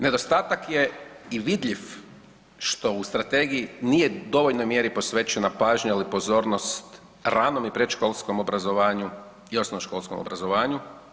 Nedostatak je i vidljiv što u strategiji nije u dovoljnoj mjeri posvećena pažnja ili pozornost ranom i predškolskom obrazovanju i osnovnoškolskom obrazovanju.